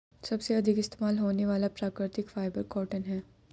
सबसे अधिक इस्तेमाल होने वाला प्राकृतिक फ़ाइबर कॉटन है